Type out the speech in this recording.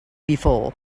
before